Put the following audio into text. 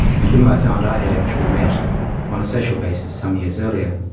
and whom i found i had actually met on a social basis some years earlier.